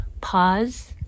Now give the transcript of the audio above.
pause